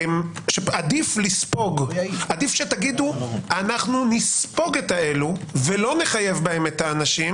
עדיף שתגידו: אנחנו נספוג את האלו ולא נחייב בהם את האנשים